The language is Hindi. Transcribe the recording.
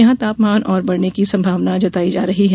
यहां तापमान और बढ़ने की संभावना जताई गई है